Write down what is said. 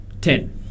Ten